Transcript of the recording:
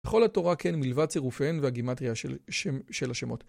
כל התורה כן מלבד צירופיהן והגימטריה של-של-של השמות.